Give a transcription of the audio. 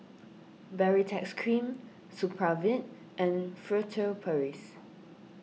Baritex Cream Supravit and Furtere Paris